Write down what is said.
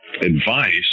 advice